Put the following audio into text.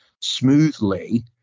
smoothly